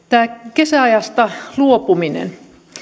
kesäajasta luopuminen